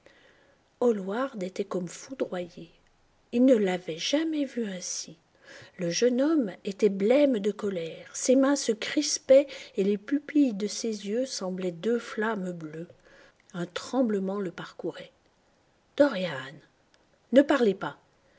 hallward était comme foudroyé il ne l'avait jamais vu ainsi le jeune homme était blême de colère ses mains se crispaient et les pupilles de ses yeux semblaient deux flammes bleues un tremblement le parcourait dorian ne parlez pas